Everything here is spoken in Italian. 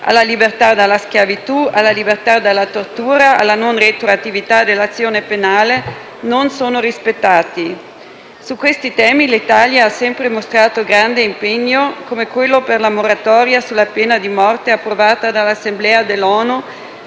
alla libertà dalla schiavitù, alla libertà dalla tortura, alla non retroattività dell'azione penale - non sono rispettati. Su questi temi l'Italia ha sempre mostrato grande impegno, come quello per la moratoria sulla pena di morte approvata dall'Assemblea dell'ONU,